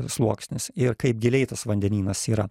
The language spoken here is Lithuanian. sluoksnis ir kaip giliai tas vandenynas yra